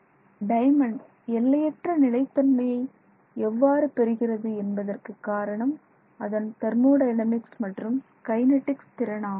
diamond எல்லையற்ற நிலைத்தன்மையை எவ்வாறு பெறுகிறது என்பதற்கு காரணம் அதன் தெர்மோடைனமிக்ஸ் மற்றும் கைனெடிக்ஸ் திறனாகும்